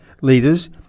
leaders